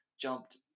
jumped